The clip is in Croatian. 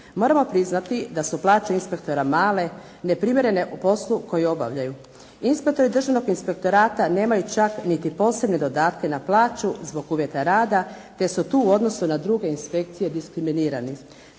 Moramo priznati da su plaće inspektora male, neprimjerene u poslu koji obavljaju. Inspektori državnog inspektorata nemaju čak niti posebne dodatke na plaću zbog uvjeta rada te su tu u odnosu na druge inspekcije diskriminirani.